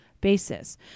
basis